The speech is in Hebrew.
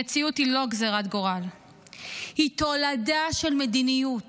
המציאות היא לא גזרת גורל, היא תולדה של מדיניות